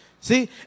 See